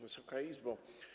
Wysoka Izbo!